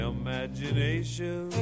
imagination